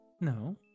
No